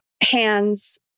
hands